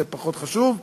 זה פחות חשוב,